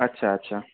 আচ্ছা আচ্ছা